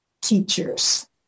teachers